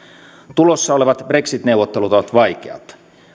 tulossa olevat brexit neuvottelut ovat vaikeat